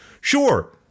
Sure